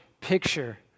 picture